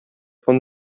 von